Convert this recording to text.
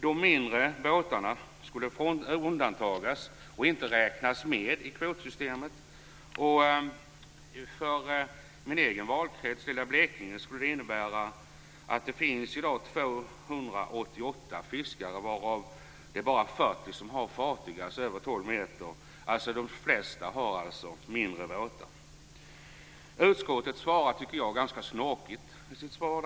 De mindre båtarna skulle alltså undantagas och inte räknas med i kvotsystemet. I min valkrets Blekinge finns det i dag 288 fiskare, varav bara 40 har fartyg på över 12 meter. De flesta har alltså mindre båtar. Jag tycker att utskottet är ganska snorkigt i sitt svar.